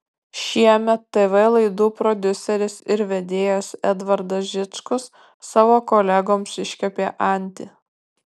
šiemet tv laidų prodiuseris ir vedėjas edvardas žičkus savo kolegoms iškepė antį